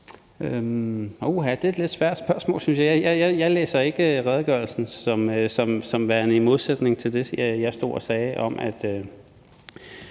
det blev et svært spørgsmål, synes jeg. Jeg læser ikke redegørelsen som værende i modsætning til det, jeg stod og sagde, om, at